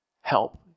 help